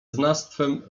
znawstwem